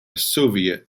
soviet